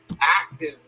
active